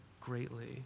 greatly